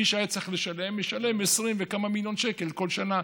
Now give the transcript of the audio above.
מי שהיה צריך לשלם ישלם 20 וכמה מיליון שקל כל שנה.